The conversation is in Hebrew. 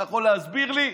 אתה יכול להסביר לי?